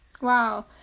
Wow